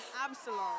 absalom